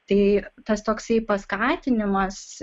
tai tas toksai paskatinimas